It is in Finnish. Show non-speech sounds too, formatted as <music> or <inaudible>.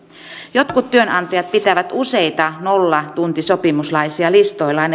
jotkut työnantajat pitävät useita nollatuntisopimuslaisia listoillaan <unintelligible>